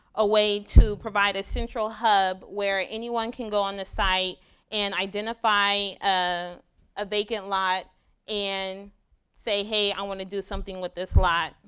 a way to provide a central hub where anyone can go on the site and identify ah a vacant lot and say, hey, i wanna do something with this lot.